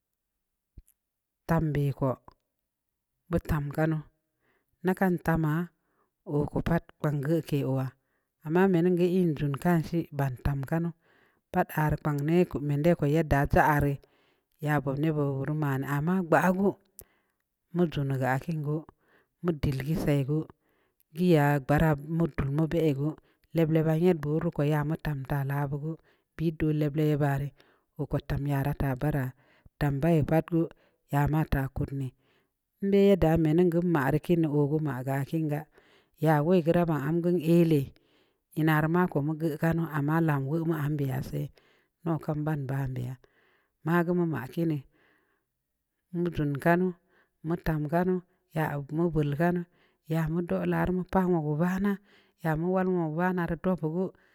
Tam bikko bə tam kannu na kan lamma ɔku pat gban gul kəay wa'a ama mənenga ii njun kanshi bantam kannu pat aru kpan nəku mando ku yadda a chə rəa yaboa nə boaboa numa amma ngba gue mujan gue a kiin gue mu dəlkə sai gue gi ya'a mbara mutar mu pə gue leb-leba yən buru kwa ya labu gue pəd du leb-lebarə wuku tam ya ra tabara tam baii pat ku ya ma ta kun nə mbəi da mə nə gue marə kiin owu mara kiin ga ya wai k ra ma'a a gunn a leə ii na rə ma ku mugue kannu amma lam amm bia sa'ay nu kum ban ban'n biya ma gue mu makini mujun ka'anu mutum ka'anu ya am mubul ka'anu ya mu du'oru larə pa'an ubauna ya mu wal ku pa'agul.